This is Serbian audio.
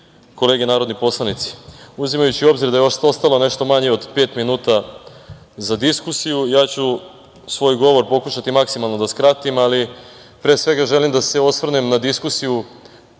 kolege narodni poslanici, uzimajući u obzir da je ostalo nešto manje od pet minuta za diskusiju, ja ću svoj govor pokušati maksimalno da skratim, ali želim da se osvrnem na diskusiju